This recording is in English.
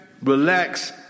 relax